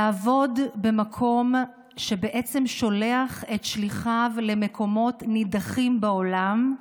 לעבוד במקום שבעצם שולח את שליחיו למקומות נידחים בעולם.